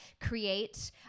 create